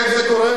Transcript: איך זה קורה?